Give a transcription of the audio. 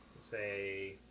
say